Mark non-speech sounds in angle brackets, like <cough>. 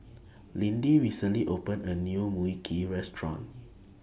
Lindy recently opened A New Mui Kee Restaurant <noise>